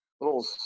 little